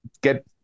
get